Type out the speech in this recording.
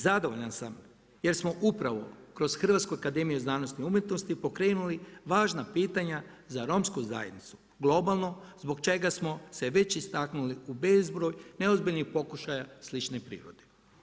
Zadovoljan sam, jer smo upravo kroz Hrvatsku akademiju znanosti i umjetnosti pokrenuli važna pitanja za romsku zajednicu, globalno, zbog čega smo se već istaknuli u bezbroj neozbiljnih pokušaja slične prirode.